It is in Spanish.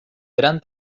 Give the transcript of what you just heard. gran